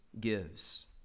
gives